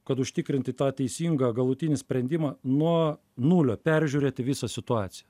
kad užtikrinti tą teisingą galutinį sprendimą nuo nulio peržiūrėti visą situaciją